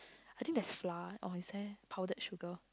I think there's flour or is there powdered sugar